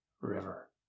river